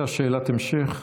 בבקשה, שאלת המשך,